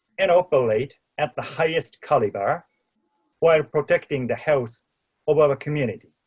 and operate at the highest caliber while protecting the health of our community.